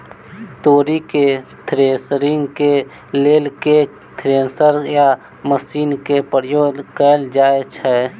तोरी केँ थ्रेसरिंग केँ लेल केँ थ्रेसर या मशीन केँ प्रयोग कैल जाएँ छैय?